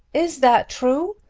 is that true!